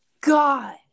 God